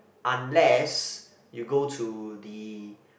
unless you go to the